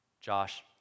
Josh